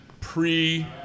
pre